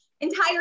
entire